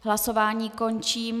Hlasování končím.